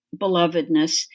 belovedness